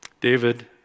David